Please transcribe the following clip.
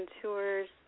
tours